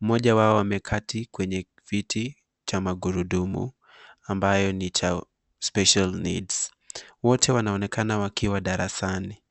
Mmoja wao ameketi kwenye viti vya magurudumu ambayo ni cha special needs. Wote wanaonekana wakiwa darasani.